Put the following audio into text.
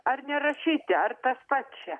ar nerašyti ar tas pats čia